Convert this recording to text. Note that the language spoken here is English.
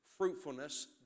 fruitfulness